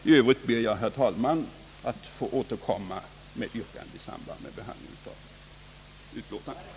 I övrigt ber jag, herr talman, att få återkomma med yrkanden i samband med föredragningen av de olika utlåtandena.